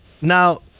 Now